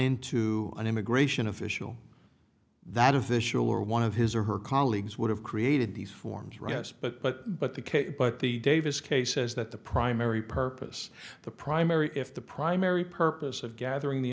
into an immigration official that official or one of his or her colleagues would have created these forms rest but but but the but the davis case says that the primary purpose the primary if the primary purpose of gathering the